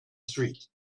street